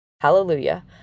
Hallelujah